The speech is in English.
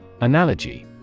Analogy